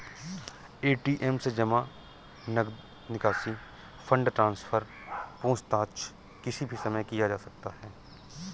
ATM से जमा, नकद निकासी, फण्ड ट्रान्सफर, पूछताछ किसी भी समय किया जा सकता है